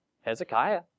Hezekiah